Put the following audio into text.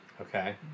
Okay